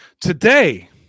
Today